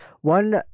One